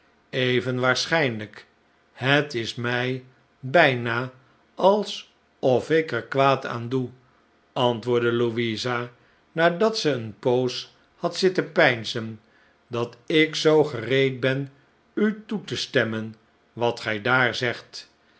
even waarschijnlijk het is mi bijna alsof ik er kwaad aan doe antwoordde louisa nadat zij eene poos had zitten peinzen dat ik zoo gereed ben u toe te stemmen wat gij daar zegt